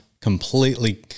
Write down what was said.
completely